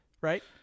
Right